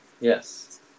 Yes